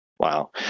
Wow